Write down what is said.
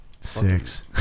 Six